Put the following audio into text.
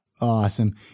Awesome